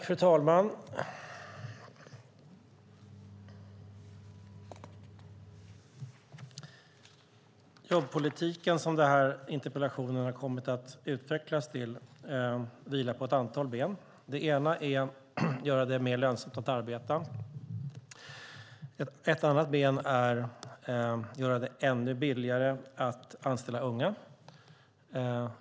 Fru talman! Jobbpolitiken, som den här interpellationen har kommit att utvecklas till att handla om, vilar på flera ben. Ett är att göra det mer lönsamt att arbeta. Ett annat är att göra det ännu billigare att anställa unga.